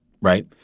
right